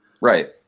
Right